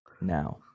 now